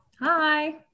hi